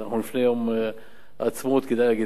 אנחנו לפני יום העצמאות, כדאי להגיד את זה.